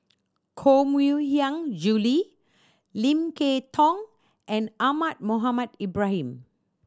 Koh Mui Hiang Julie Lim Kay Tong and Ahmad Mohamed Ibrahim